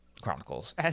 chronicles